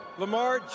Lamar